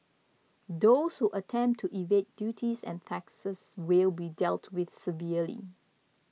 those who attempt to evade duties and taxes will be dealt with severely